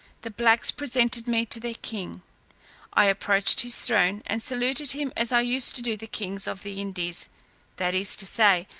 the blacks presented me to their king i approached his throne, and saluted him as i used to do the kings of the indies that is to say,